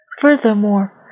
Furthermore